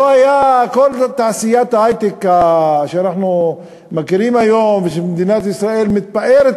כל תעשיית ההיי-טק שאנחנו מכירים היום ושמדינת ישראל מתפארת